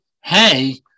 hey